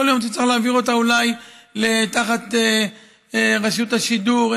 יכול להיות שצריך להעביר אותה אולי תחת רשות השידור,